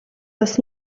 das